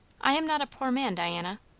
i am not a poor man, diana.